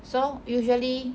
so usually